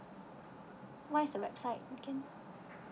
what is the website you can